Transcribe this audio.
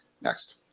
next